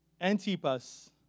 Antipas